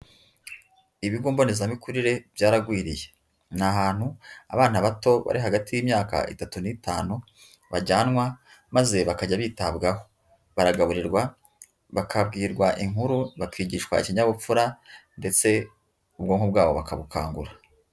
Ibigo mbonezamikurire byaragwiriye, ni ahantu abana bato bari hagati y'imyaka itatu n'itanu bajyanwa maze bakajya bitabwaho, baragaburirwa, bakabwirwa inkuru, bakigishwa ikinyabupfura ndetse ubwonko bwabo bakabukangura.